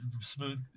smooth